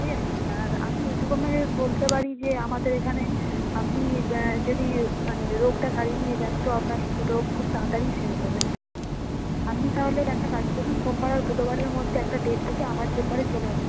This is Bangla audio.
ঠিক আছে আর আমি এইটুকু আপনাকে বলতে পারি যে আমাদের এখানে আপনি যদি মানে রোগটা সারিয়ে নিয়ে যান তো আপনার রোগ খুব তাড়াতাড়িই সেরে যাবে আপনি তাহলে একটা কাজ করুন সোমবার আর বুধবারের মধ্যে একটা ডেট দেখে আমার চেম্বারে চলে আসুন